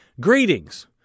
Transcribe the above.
greetings